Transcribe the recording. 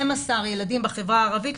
12 ילדים בחברה הערבית,